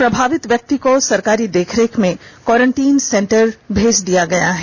प्रभावित व्यक्ति को सरकारी देखरेख में कोरनटीइन में भेज दिया गया है